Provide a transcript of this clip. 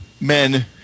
men